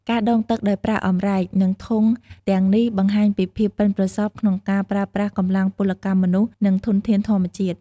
ការដងទឹកដោយប្រើអម្រែក និងធុងទឹកនេះបង្ហាញពីភាពប៉ិនប្រសប់ក្នុងការប្រើប្រាស់កម្លាំងពលកម្មមនុស្ស និងធនធានធម្មជាតិ។